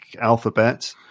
alphabet